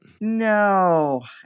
No